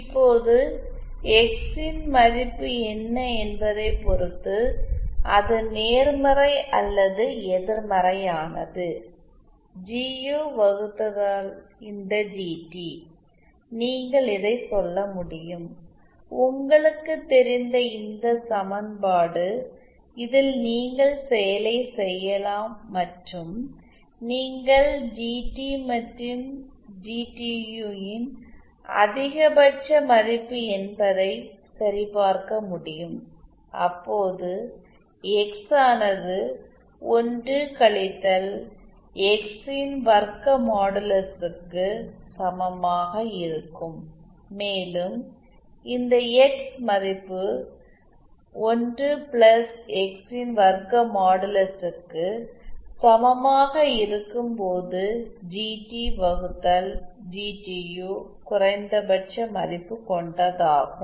இப்போது எக்ஸ்ன் மதிப்பு என்ன என்பதைப் பொறுத்து அது நேர்மறை அல்லது எதிர்மறையானது ஜியு வகுத்ததல் இந்த ஜிடி நீங்கள் இதைச் சொல்ல முடியும் உங்களுக்குத் தெரிந்த இந்த சமன்பாடு இதில் நீங்கள் செயலை செய்யலாம் மற்றும் நீங்கள் ஜிடி மற்றும் ஜிடியு ன் அதிகபட்ச மதிப்பு என்பதை சரிபார்க்க முடியும் அப்போது எக்ஸ் ஆனது 1 கழித்தல் எக்ஸ்ஸின் வர்க்க மாடுலஸுக்கு சமமாக இருக்கும் மேலும் இந்த எக்ஸ் மதிப்பு 1 பிளஸ் எக்ஸ்ஸின் வர்க்க மாடுலஸுக்கு சமமாக இருக்கும்போது ஜிடி வகுத்தல் ஜிடியு குறைந்தபட்ச மதிப்பு கொண்டதாகும்